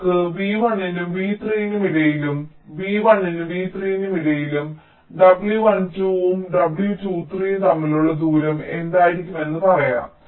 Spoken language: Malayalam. നമുക്ക് v1 നും v3 നും ഇടയിലും v1 നും v3 നും ഇടയിൽ W12 ഉം W23 ഉം തമ്മിലുള്ള ദൂരം എന്തായിരിക്കുമെന്ന് നമുക്ക് പറയാം